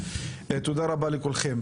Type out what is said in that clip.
לכם.